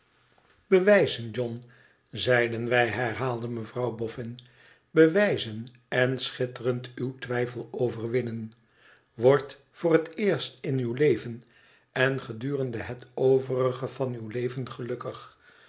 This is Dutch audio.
zien tbewijzenjohn zeidenwij herhaalde mevrouw boffin t ibewijzen en sdiitterend uw twijfel overwinnen word voor het eerst in uw leven en gedurende het overige van uw leven gelukkig